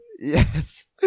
Yes